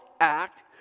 act